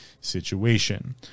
situation